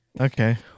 okay